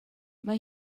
mae